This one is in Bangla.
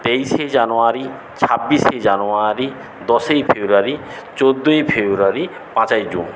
তেইশে জানুয়ারী ছাব্বিশে জানুয়ারি দশই ফেব্রুয়ারী চোদ্দই ফেব্রুয়ারী পাঁচই জুন